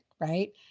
right